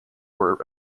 were